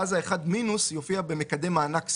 ואז האחד מינוס יופיע במקדם מענק סיוע,